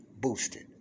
boosted